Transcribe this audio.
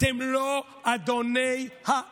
אתם צריכים להבין, אתם לא אדוני הארץ.